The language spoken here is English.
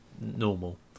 normal